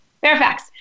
Fairfax